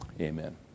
amen